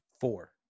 four